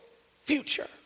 future